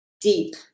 deep